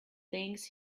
things